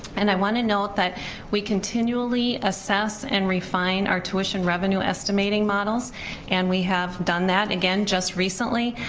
and i wanna note that we continually assess and refine our tuition revenue estimating models and we have done that again just recently.